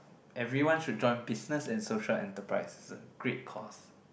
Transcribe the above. everyone should join business and social enterprise it's a great course